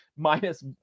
minus